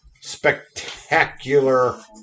spectacular